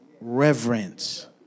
reverence